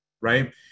Right